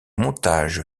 montage